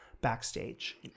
backstage